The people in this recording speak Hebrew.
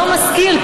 לא מזכיר,